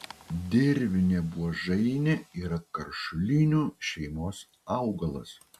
dirvinė buožainė yra karšulinių šeimos augalas